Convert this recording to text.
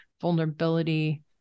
vulnerability